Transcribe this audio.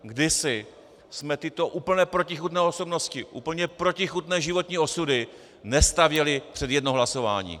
Kdysi jsme tyto úplně protichůdné osobnosti, úplně protichůdné osobní osudy nestavěli před jedno hlasování .